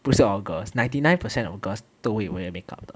不是 all girls ninety nine percent of girls 都会 wear make up 的